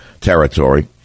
territory